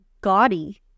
gaudy